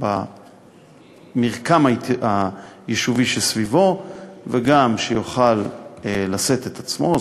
במרקם היישובי שסביבו וגם יוכל לשאת את עצמו,